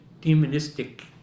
demonistic